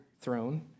throne